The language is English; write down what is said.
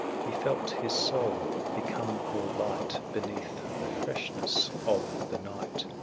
he felt his soul become more light beneath the freshness of the night.